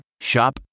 Shop